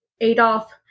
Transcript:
Adolf